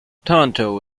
tonto